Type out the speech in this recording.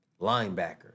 linebacker